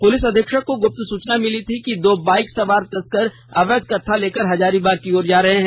police अधीक्षक को गुप्त सूचना मिली थी कि दो बाइक सवार तस्कर अवैध कत्था लेकर हजारीबाग को ओर जा रहे हैं